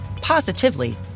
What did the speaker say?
positively